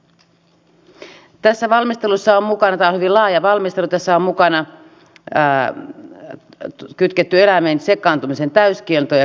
tämä on hyvin laaja valmistelu ja tähän valmisteluun on mukaan kytketty eläimeen sekaantumisen täyskielto ja kriminalisointi